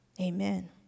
Amen